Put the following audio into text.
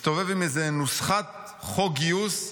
מסתובב עם איזה נוסחת חוק גיוס.